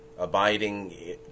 abiding